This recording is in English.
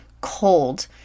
cold